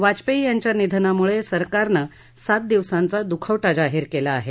वाजपेयी यांच्या निधनामुळे सरकारनं सात दिवसांचा दुखवटा जाहीर केला आहे